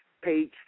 page